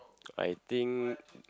I think